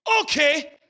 okay